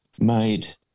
made